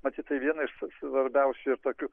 matyt tai viena iš svarbiausių ir tokių